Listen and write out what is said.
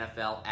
NFL